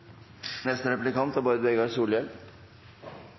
Neste replikant er